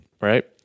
right